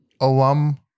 alum